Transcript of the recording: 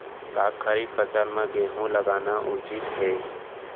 का खरीफ फसल म गेहूँ लगाना उचित है?